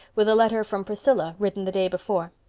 with a letter from priscilla, written the day before.